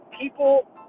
people